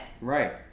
Right